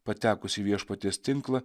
patekus į viešpaties tinklą